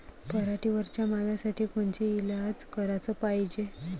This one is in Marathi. पराटीवरच्या माव्यासाठी कोनचे इलाज कराच पायजे?